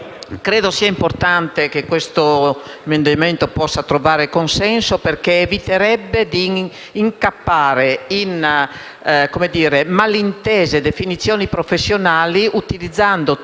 Credo sia importante che l'emendamento 3.228 possa trovare consenso, perché eviterebbe di incappare in malintese definizioni professionali, utilizzando termini